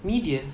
median